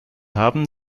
haben